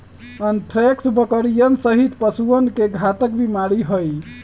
anthrax बकरियन सहित पशुअन के घातक बीमारी हई